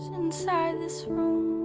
inside this?